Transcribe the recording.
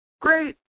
Great